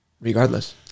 regardless